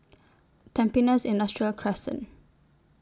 Tampines Industrial Crescent